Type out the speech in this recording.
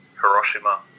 Hiroshima